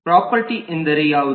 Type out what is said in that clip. property ಎಂದರೆ ಯಾವುದು